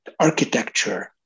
architecture